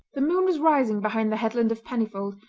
the moon was rising behind the headland of pennyfold,